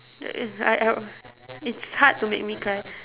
the it's hard to make me cry